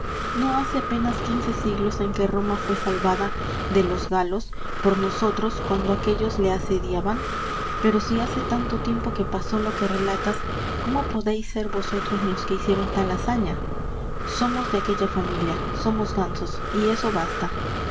no hace apenas quince siglos en que roma fué salvada de los galos por nosotros cuando aquéllos la asediaban pero si hace tanto tiempo que pasó lo que relatas cómo podéis ser vosotros ios que hicieron tal hazaña somos de aquella familia somos gansos y eso basta